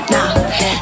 Nah